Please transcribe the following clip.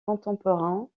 contemporains